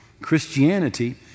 Christianity